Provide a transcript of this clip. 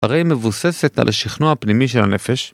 הרי היא מבוססת על השכנוע הפנימי של הנפש.